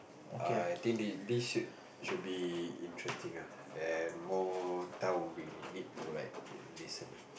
I think the this should should be interesting ah and more time we need to like listen ah